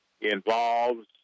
involves